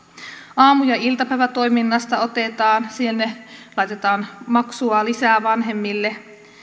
aamu ja iltapäivätoiminnasta otetaan sinne laitetaan maksua lisää vanhemmille